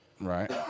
Right